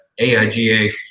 AIGA